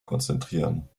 konzentrieren